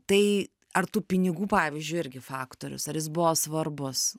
tai ar tų pinigų pavyzdžiui irgi faktorius ar jis buvo svarbus